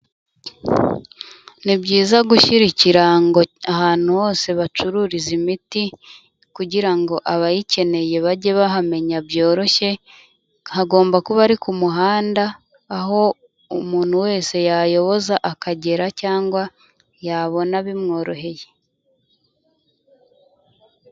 Ni byiza gushyira ikirango ahantu hose bacururiza imiti kugira ngo abayikeneye bajye bahamenya byoroshye, hagomba kuba ari ku muhanda aho umuntu wese yayoboza akagera cyangwa yabona bimworoheye.